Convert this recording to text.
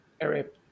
Eric